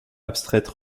abstraite